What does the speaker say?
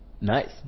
Nice